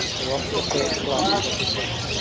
eroshka filled the glasses every time,